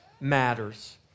matters